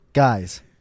Guys